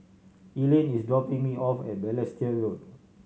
Elaina is dropping me off at Balestier Road